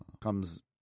comes